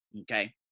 Okay